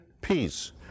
peace